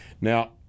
Now